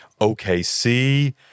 OKC